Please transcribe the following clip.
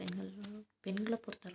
பெண்கள் பெண்களை பொருத்தளவு அது